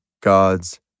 gods